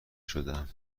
شدهام